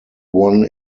won